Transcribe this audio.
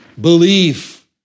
belief